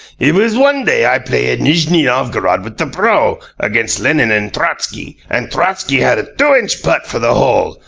it was one day i play at nijni-novgorod with the pro. against lenin and trotsky, and trotsky had a two-inch putt for the hole.